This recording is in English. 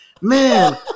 Man